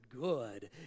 good